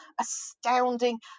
astounding